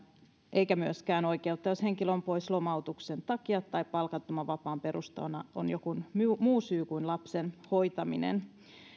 olisi myöskään jos henkilö on pois lomautuksen takia tai palkattoman vapaan perustana on joku muu syy kuin lapsen hoitaminen